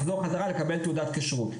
לחזור חזרה ולקבל תעודת כשרות.